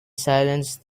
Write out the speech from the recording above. silence